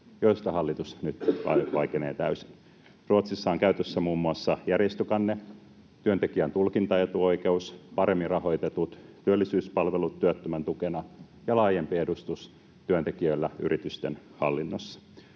joista hallitus nyt vaikenee täysin. Ruotsissa on käytössä muun muassa järjestökanne, työntekijän tulkintaetuoikeus, paremmin rahoitetut työllisyyspalvelut työttömän tukena ja laajempi edustus työntekijöillä yritysten hallinnossa.